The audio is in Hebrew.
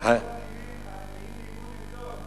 הרי הנביאים ניבאו נגדו.